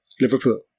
Liverpool